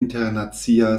internacia